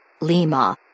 Lima